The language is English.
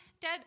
Dad